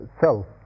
self